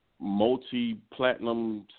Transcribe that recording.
multi-platinum